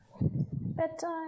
Bedtime